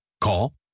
Call